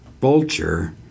vulture